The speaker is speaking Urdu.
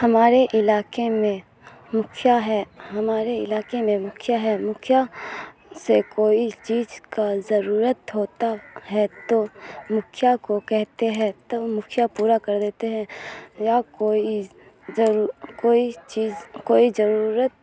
ہمارے علاقے میں مکھیا ہے ہمارے علاقے میں مکھیا ہے مکھیا سے کوئی چیز کا ضرورت ہوتا ہے تو مکھیا کو کہتے ہے تو مکھیا پورا کر دیتے ہیں یا کوئی ضرور کوئی چیز کوئی ضرورت